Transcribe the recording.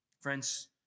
Friends